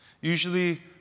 Usually